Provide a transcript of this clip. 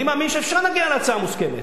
אני מאמין שאפשר להגיע להצעה מוסכמת.